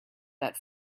that